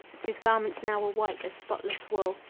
whose garments now were white as spotless wool,